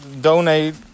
donate